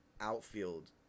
outfield